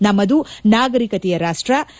ನಮ್ಮದು ನಾಗರಿಕತೆಯ ರಾಷ್ಸ